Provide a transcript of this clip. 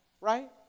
right